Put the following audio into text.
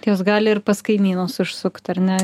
tai jos gali ir pas kaimynus užsukt ar ne